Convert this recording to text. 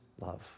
love